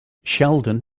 sheldon